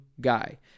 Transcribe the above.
guy